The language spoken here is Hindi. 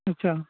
अच्छा